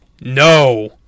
No